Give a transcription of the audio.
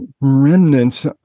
remnants